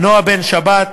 נועה בן-שבת,